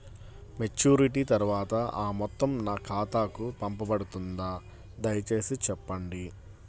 Maturity తర్వాత ఆ మొత్తం నా ఖాతాకు పంపబడుతుందా? దయచేసి చెప్పండి?